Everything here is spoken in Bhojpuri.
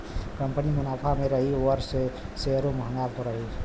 कंपनी मुनाफा मे रही ओकर सेअरो म्हंगा रही